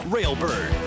Railbird